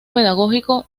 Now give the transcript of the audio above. pedagógico